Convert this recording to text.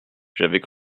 j’avais